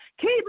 Keep